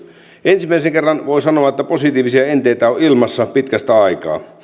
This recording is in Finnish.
ensimmäisen kerran voi sanoa että positiivisia enteitä on ilmassa pitkästä aikaa